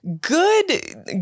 Good